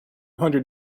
hundred